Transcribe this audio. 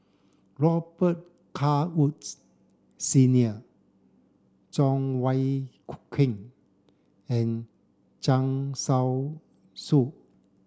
Robet Carr Woods Senior Cheng Wai Keung and Zhang